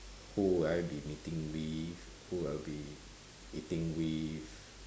who will I be meeting with who I'll be eating with